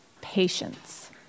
patience